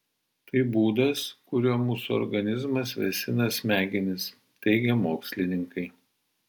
tai būdas kuriuo mūsų organizmas vėsina smegenis teigia mokslininkai